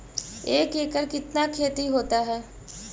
एक एकड़ कितना खेति होता है?